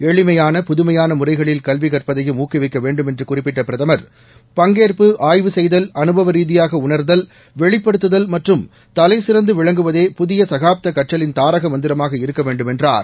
எளிமையான புதுமையான முறைகளில் கல்வி கற்பதையும் ஊக்குவிக்க வேண்டும் என்று குறிப்பிட்ட பிரதமர் பங்கேற்பு ஆய்வு செய்தல் அனுபவ ரீதியாக உணர்தல் வெளிப்படுத்துதல் மற்றும் தலைசிறந்து விளங்குவதே புதிய சகாப்த கற்றலின் தாரக மந்திரமாக இருக்க வேண்டும் என்றார்